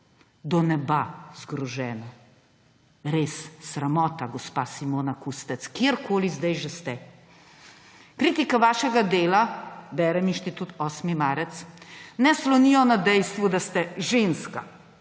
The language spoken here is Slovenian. do neba zgrožena. Res sramota, gospa Simona Kustec, kjerkoli zdaj že ste. »Kritike vašega dela,« berem, Inštitut 8. marec, »ne slonijo na dejstvu, da ste ženska.